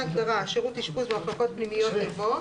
ההגדרה ״שירות אשפוז במחלקות פנימיות״ יבוא: